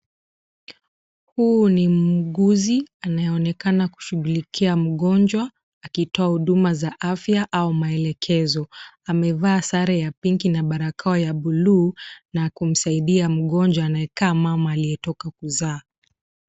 Huu ni muuguzi anayeonekana kushughulikia mgonjwa akitoa huduma za afya au maelekezo. Amevaa sare ya pink na barakoa ya bluu na kumsaidia mgonjwa anayekaa mama aliyetoka kuzaa.